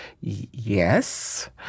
yes